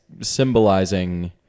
symbolizing